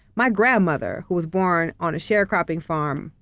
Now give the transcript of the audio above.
my grandmother, who was born on a sharecropping farm,